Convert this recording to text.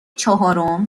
چهارم